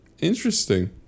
Interesting